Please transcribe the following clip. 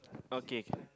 okay